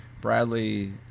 Bradley